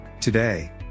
today